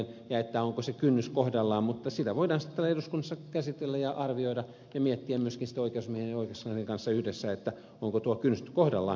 ja onko se kynnys kohdallaan mutta sitä voidaan sitten täällä eduskunnassa käsitellä ja arvioida ja miettiä myöskin sitten oikeusasiamiehen ja oikeuskanslerin kanssa yhdessä onko tuo kynnys kohdallaan